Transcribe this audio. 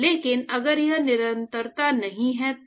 लेकिन अगर यह निरंतर नहीं है तो